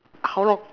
how long